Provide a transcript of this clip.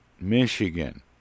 Michigan